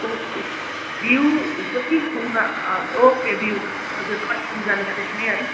okay view पनि गुम्बा okay view हजुर कञ्चनजङ्गा देख्ने है